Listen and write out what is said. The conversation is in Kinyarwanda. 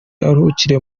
aruhukire